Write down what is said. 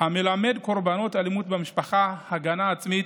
המלמד קורבנות אלימות במשפחה הגנה עצמית,